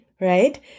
right